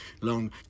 long